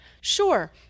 Sure